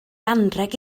anrheg